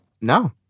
No